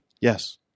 Yes